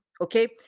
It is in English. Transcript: okay